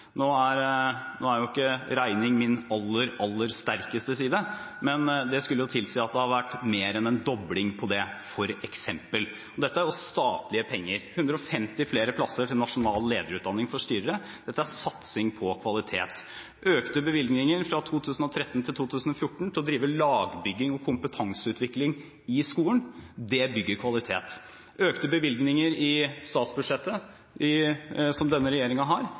Nå er ikke regning min aller, aller sterkeste side, men dette skulle tilsi at det har vært mer enn en dobling. Dette er statlige penger. Det er blitt 150 flere plasser til nasjonal lederutdanning for styrere. Dette er satsing på kvalitet. Økte bevilgninger fra 2013 til 2014 til å drive lagbygging og kompetanseutvikling i skolen bygger kvalitet. Økte bevilgninger i statsbudsjettet, fra denne regjeringen, fra 2013 til 2014 vil sikre at enda flere som har